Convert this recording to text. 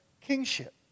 kingship